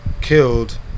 killed